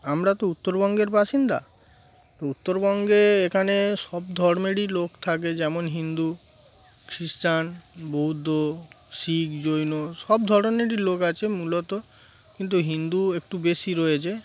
আমরা তো উত্তরবঙ্গের বাসিন্দা তো উত্তরবঙ্গে এখানে সব ধর্মেরই লোক থাকে যেমন হিন্দু খ্রিস্টান বৌদ্ধ শিখ জৈন সব ধরনেরই লোক আছে মূলত কিন্তু হিন্দু একটু বেশি রয়েছে